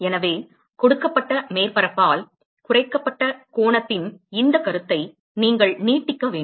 எனவே கொடுக்கப்பட்ட மேற்பரப்பால் குறைக்கப்பட்ட கோணத்தின் இந்த கருத்தை நீங்கள் நீட்டிக்க வேண்டும்